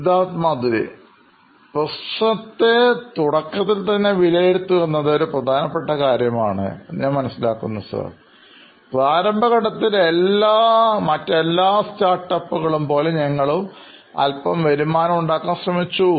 Siddharth Madhuri CEO നോയിൻ electronics പ്രശ്നങ്ങളെ തുടക്കത്തിൽത്തന്നെ വിലയിരുത്തുക എന്നത് ഒരു പ്രധാനപ്പെട്ട കാര്യമാണ് എന്ന് ഞാൻ മനസ്സിലാക്കുന്നു സർ പ്രാരംഭഘട്ടത്തിൽ മറ്റെല്ലാ സ്റ്റാർട്ടപ്പുകൾഎയും പോലെ ഞങ്ങളും അല്പം വരുമാനമുണ്ടാക്കാൻ ശ്രമിച്ചു